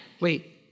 Wait